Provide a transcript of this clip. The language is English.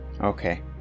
okay